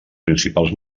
principals